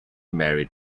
married